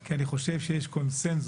כי אני חושב שיש קונצנזוס,